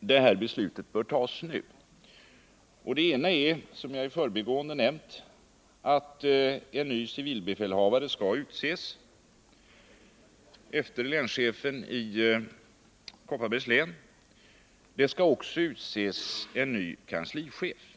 det här beslutet bör fattas nu och det ena är, som jag i förbigående nämnt, att en ny civilbefälhavare skall utses efter länschefen i Kopparbergs län. Det skall också utses en ny kanslichef.